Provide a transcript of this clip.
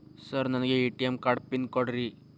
Sir ನನಗೆ ATM card pin ಕೊಡ್ರಿ?